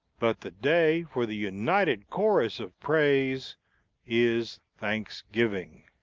but the day for the united chorus of praise is thanksgiving.